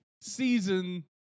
Season